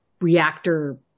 reactor